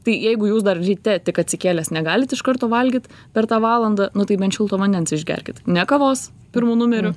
tai jeigu jūs dar ryte tik atsikėlęs negalit iš karto valgyt per tą valandą nu tai bent šilto vandens išgerkit ne kavos pirmu numeriu